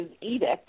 edict